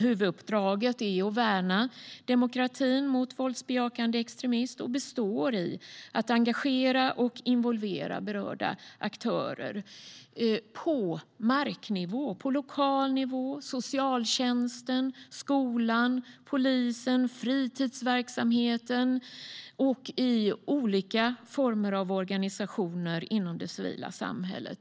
Huvuduppdraget är att värna demokratin mot våldsbejakande extremism, och består i att engagera och involvera berörda aktörer på marknivå och lokal nivå. Det gäller socialtjänsten, skolan, polisen, fritidsverksamheten och olika former av organisationer inom det civila samhället.